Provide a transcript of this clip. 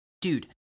dude